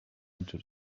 into